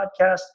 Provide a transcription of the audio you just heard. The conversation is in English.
podcast